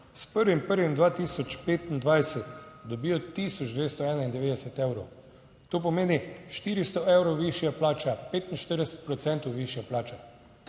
S 1. 1. 2025 dobijo 1291 evrov. To pomeni 400 evrov višja plača, 45 procentov višje plače.